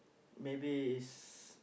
maybe is